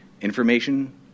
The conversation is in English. information